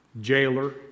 jailer